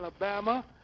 Alabama